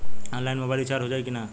Online mobile recharge हो जाई की ना हो?